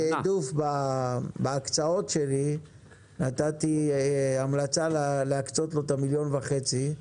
ובתיעדוף בהקצאות שלי נתתי המלצה להקצות לו את ה-1.5 מיליון,